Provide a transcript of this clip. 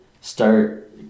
start